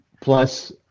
Plus